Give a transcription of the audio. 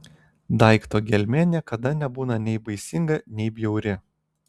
daikto gelmė niekada nebūna nei baisinga nei bjauri